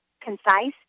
Concise